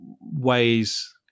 ways